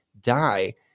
die